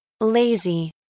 Lazy